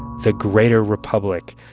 the greater republic,